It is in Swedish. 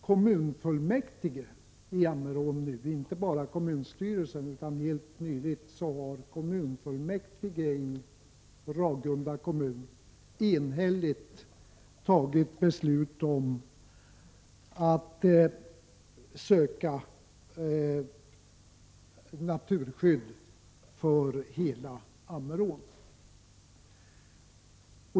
Kommunfullmäktige i Ammerån i Ragunda kommun, inte bara kommunstyrelsen, har nyligen enhälligt beslutat om att söka naturskydd för hela Ammerån.